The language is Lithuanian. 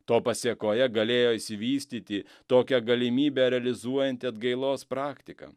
to pasekoje galėjo išsivystyti tokią galimybę realizuojanti atgailos praktika